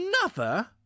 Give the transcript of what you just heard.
Another